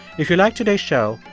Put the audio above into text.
if you liked today's show,